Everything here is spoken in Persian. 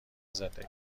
زندگیش